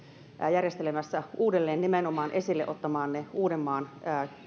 järjestelemässä uudelleen nimenomaan esille ottamanne uudenmaan